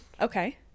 Okay